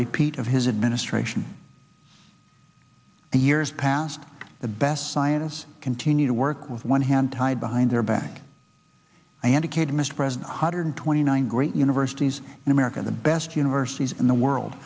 repeat of his administration in years past the best scientists continue to work with one hand tied behind their back and akkad mr president hundred twenty nine great universities in america the best universities in the world